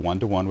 ONE-TO-ONE